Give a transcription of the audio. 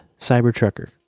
Cybertrucker